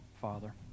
father